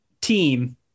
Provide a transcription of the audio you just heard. team